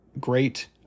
great